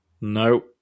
No